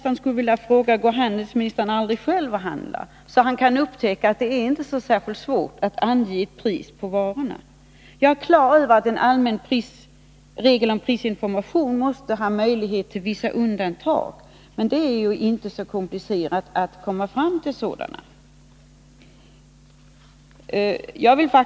Man frestas nästan att fråga om handelsministern aldrig själv går ut och handlar. Om han gjorde det, skulle han upptäcka att en prismärkning av varorna inte skulle vara så svår att genomföra. Jag är klar över att en allmän regel om prisinformation måste vara försedd med vissa undantag, men det är inte så komplicerat att komma fram till vilka dessa undantag skall vara.